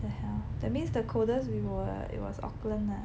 the hell that means the coldest we were it was Auckland ah